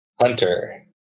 Hunter